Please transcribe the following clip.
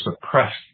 suppressed